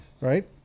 right